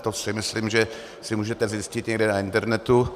To si myslím, že si můžete zjistit někde na internetu.